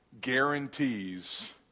guarantees